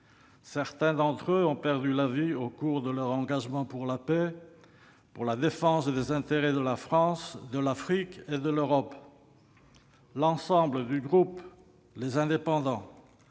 Certains d'entre eux ont perdu la vie au cours de leur engagement pour la paix, pour la défense des intérêts de la France, de l'Afrique et de l'Europe. L'ensemble du groupe Les Indépendants